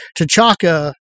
T'Chaka